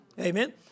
Amen